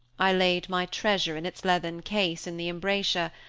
i laid my treasure in its leathern case in the embrasure,